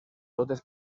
totes